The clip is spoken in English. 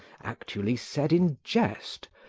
actually said in jest!